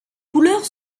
couleurs